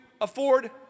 afford